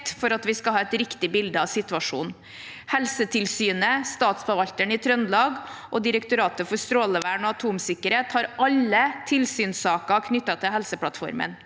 for at vi skal ha et riktig bilde av situasjonen. Helsetilsynet, Statsforvalteren i Trøndelag og Direktoratet for strålevern og atomsikkerhet har alle tilsynssaker knyttet til Helseplattformen.